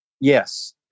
Yes